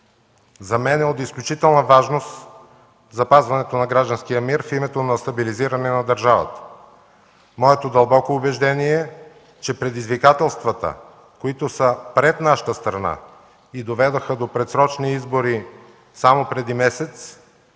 За мен е от изключителна важност запазването на гражданския мир в името на стабилизиране на държавата. Моето дълбоко убеждение е, че предизвикателствата, които са пред нашата страна и доведоха до предсрочни избори само преди месец,